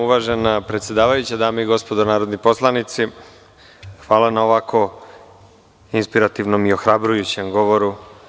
Uvažena predsedavajuća, dame i gospodo narodni poslanici, hvala na ovako inspirativnom i ohrabrujućem govoru.